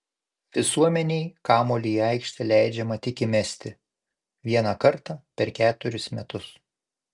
visuomenei kamuolį į aikštę leidžiama tik įmesti vieną kartą per keturis metus